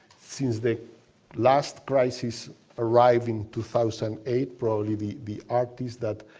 since the last crisis arrived in two thousand and eight, probably the the artist that,